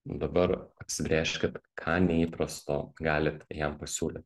dabar apsibrėžkit ką neįprasto galit jam pasiūlyt